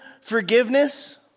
forgiveness